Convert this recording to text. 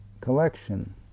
collection